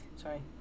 Sorry